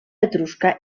etrusca